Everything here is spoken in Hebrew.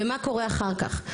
ומה קורה אחר כך?